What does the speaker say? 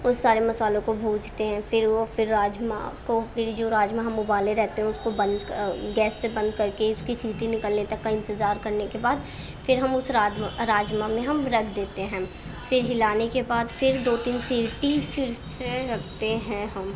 اس سارے مسالوں کو بھوجتے ہیں پھر وہ پھر راجما کو پھر جو راجما ہم ابالے رہتے ہیں اس کو بند گیس سے بند کر کے اس کی سیٹی نکلنے تک انتظار کرنے کے بعد پھر ہم اس راجما راجما میں ہم رکھ دیتے ہیں پھر ہلانے کے بعد پھر دو تین سیٹی پھر سے رکھتے ہیں ہم